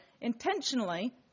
intentionally